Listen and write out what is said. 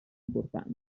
importanti